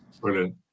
Brilliant